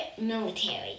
military